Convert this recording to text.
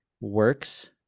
works